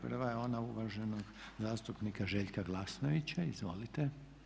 Prva je ona uvaženog zastupnika Željka Glasnovića, izvolite.